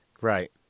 Right